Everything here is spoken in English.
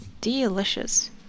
Delicious